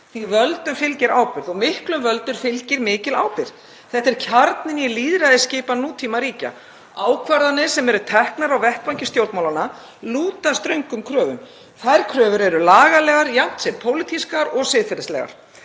að völdum fylgir ábyrgð og miklum völdum fylgir mikil ábyrgð. Þetta er kjarninn í lýðræðisskipan nútímaríkja. Ákvarðanir sem eru teknar á vettvangi stjórnmálanna lúta ströngum kröfum. Þær kröfur eru lagalegar jafnt sem pólitískar og siðferðilegar.